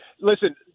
Listen—